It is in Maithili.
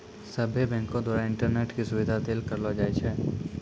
सभ्भे बैंको द्वारा इंटरनेट के सुविधा देल करलो जाय छै